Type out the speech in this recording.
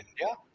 India